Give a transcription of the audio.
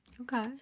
okay